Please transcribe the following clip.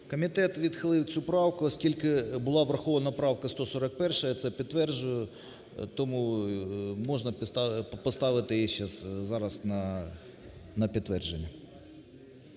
Комітет відхилив цю правку, оскільки була врахована правка 141, я це підтверджую. Тому можна поставити її зараз на підтвердження.